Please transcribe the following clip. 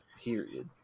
period